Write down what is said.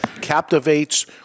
captivates